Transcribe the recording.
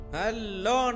Hello